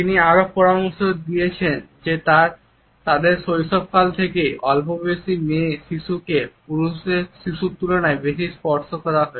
তিনি আরও পরামর্শ দিয়েছেন যে তাদের শৈশবকাল থেকেই অল্পবয়সী মেয়ে শিশুকে পুরুষ শিশুর তুলনায় বেশি স্পর্শ করা হয়